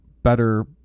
better